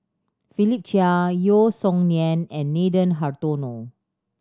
Philip Chia Yeo Song Nian and Nathan Hartono